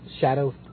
shadow